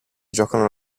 giocano